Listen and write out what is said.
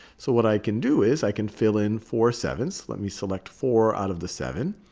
so what i can do is, i can fill in four seven. let me select four out of the seven.